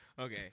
Okay